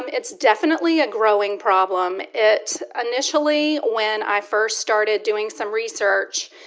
um it's definitely a growing problem. it initially, when i first started doing some research,